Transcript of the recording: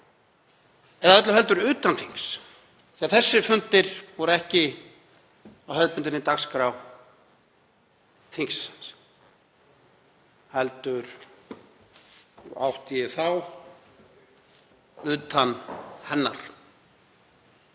eða öllu heldur utan þings því að þessir fundir voru ekki á hefðbundinni dagskrá þingsins heldur átti ég þá utan hennar.